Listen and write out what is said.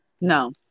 No